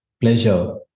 Pleasure